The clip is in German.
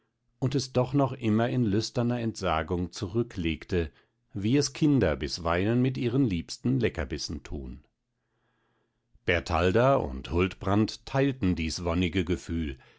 und es doch noch immer in lüsterner entsagung zurücklegte wie es kinder bisweilen mit ihren liebsten leckerbissen tun bertalda und huldbrand teilten dies wonnige gefühl